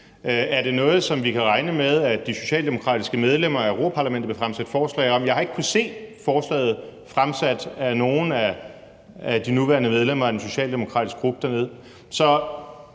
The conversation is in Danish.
Er det noget, som vi kan regne med at de socialdemokratiske medlemmer af Europa-Parlamentet vil fremsætte forslag om? Jeg har ikke kunnet se, at forslaget er fremsat af nogen af de nuværende medlemmer af den socialdemokratiske gruppe dernede.